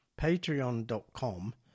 patreon.com